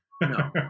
no